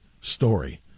story